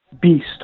beast